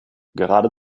gerade